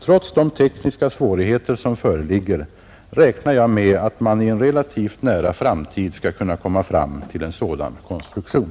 Trots de tekniska svårigheter som föreligger räknar jag med att man i en relativt nära framtid skall kunna komma fram till en sådan konstruktion.